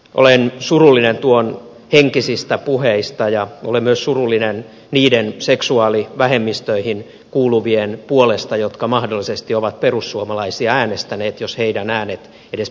olen surullinen tuonhenkisistä puheista ja olen myös surullinen niiden seksuaalivähemmistöihin kuuluvien puolesta jotka mahdollisesti ovat perussuomalaisia äänestäneet jos heidän äänensä edes perussuomalaisille kelpaavat